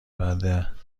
بعد